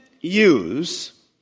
use